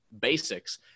basics